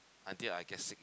until I get sick